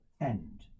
end